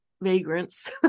vagrants